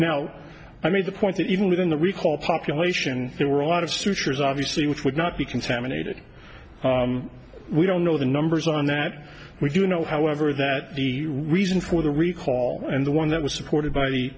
now i mean the quote that even within the recall population there were a lot of sutures obviously which would not be contaminated we don't know the numbers on that we do know however that the reason for the recall and the one that was supported by